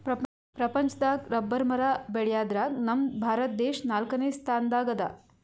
ಪ್ರಪಂಚದಾಗ್ ರಬ್ಬರ್ ಮರ ಬೆಳ್ಯಾದ್ರಗ್ ನಮ್ ಭಾರತ ದೇಶ್ ನಾಲ್ಕನೇ ಸ್ಥಾನ್ ದಾಗ್ ಅದಾ